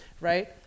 Right